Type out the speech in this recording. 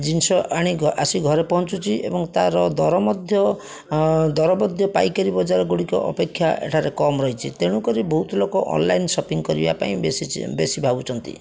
ଜିନିଷ ଆଣି ଆସି ଘରେ ପହଞ୍ଚୁଛି ଏବଂ ତା'ର ଦର ମଧ୍ୟ ଦର ମଧ୍ୟ ପାଇକାରୀ ବଜାର ଗୁଡ଼ିକ ଅପେକ୍ଷା ଏଠାରେ କମ୍ ରହିଛି ତେଣୁ କରି ବହୁତ ଲୋକ ଅନଲାଇନ୍ ସପିଙ୍ଗ କରିବାପାଇଁ ବେଶୀ ଚି ବେଶୀ ଭାବୁଛନ୍ତି